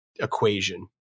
equation